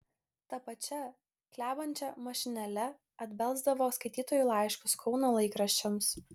ta pačia klebančia mašinėle atbelsdavo skaitytojų laiškus kauno laikraščiams